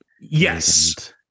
Yes